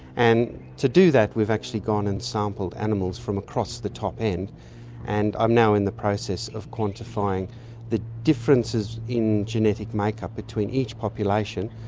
and to do that we've actually gone and sampled animals from across the top end and i'm now in the process of quantifying the differences in genetic makeup between each population,